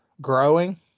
growing